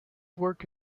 work